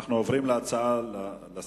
אנחנו עוברים לנושא הבא: